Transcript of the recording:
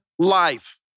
life